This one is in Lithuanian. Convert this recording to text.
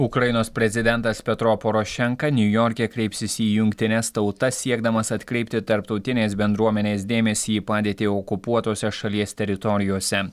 ukrainos prezidentas petro porošenka niujorke kreipsis į jungtines tautas siekdamas atkreipti tarptautinės bendruomenės dėmesį į padėtį okupuotose šalies teritorijose